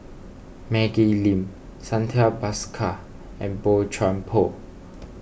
Maggie Lim Santha Bhaskar and Boey Chuan Poh